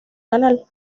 canal